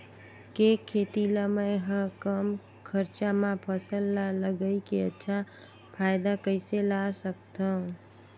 के खेती ला मै ह कम खरचा मा फसल ला लगई के अच्छा फायदा कइसे ला सकथव?